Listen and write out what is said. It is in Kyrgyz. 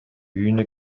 үйүнө